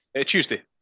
Tuesday